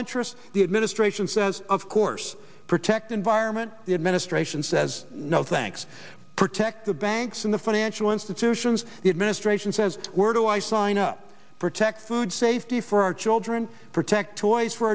interests the administration says of course protect environment the administration says no thanks protect the banks in the financial institutions the administration says we're do i sign up for tech food safety for our children protect ois for